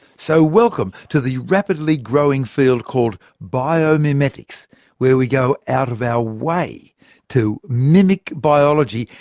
so welcome to the rapidly growing field called biomimetics where we go out of our way to mimic biology,